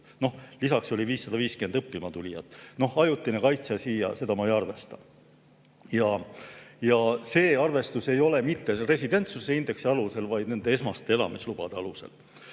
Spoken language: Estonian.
Lisaks oli 550 õppima tulijat. Noh, ajutine kaitse siia juurde, seda ma ei arvesta. Ja see arvestus ei ole mitte residentsuse indeksi alusel, vaid esmaste elamislubade alusel.